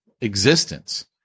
existence